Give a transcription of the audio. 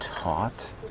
taught